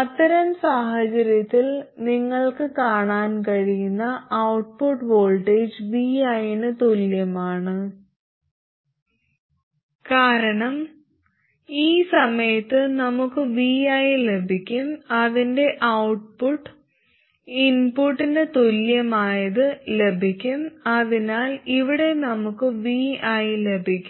അത്തരം സാഹചര്യത്തിൽ നിങ്ങൾക്ക് കാണാൻ കഴിയുന്ന ഔട്ട്പുട്ട് വോൾട്ടേജ് Vi ന് തുല്യമാണ് കാരണം ഈ സമയത്ത് നമുക്ക് Vi ലഭിക്കും അതിന്റെ ഔട്ട്പുട്ട് ഇൻപുട്ടിന് തുല്യമായത് ലഭിക്കും അതിനാൽ ഇവിടെ നമുക്ക് Vi ലഭിക്കും